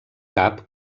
cap